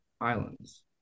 islands